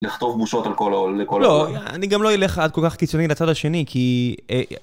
לכתוב בושות לכל העולם לא אני גם - לא אלך עד כל כך קיצוני לצד השני כי.